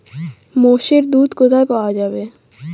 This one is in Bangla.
মোষের দুধ কোথায় পাওয়া যাবে?